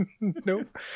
nope